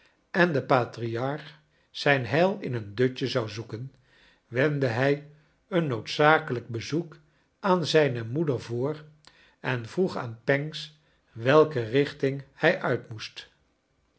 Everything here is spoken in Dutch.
en de patriarch zijn heil in een dutje zou zoeken wenddc hij een noodzakelijk bezoek aan zijne moed r voor en vroeg aan pancks we ike richting hij uit inoest